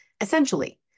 Essentially